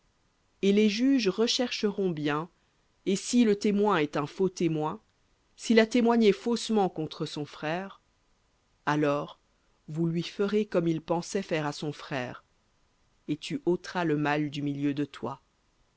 et les juges rechercheront bien et si le témoin est un faux témoin s'il a témoigné faussement contre son frère alors vous lui ferez comme il pensait faire à son frère et tu ôteras le mal du milieu de toi